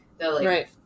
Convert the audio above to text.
right